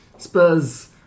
Spurs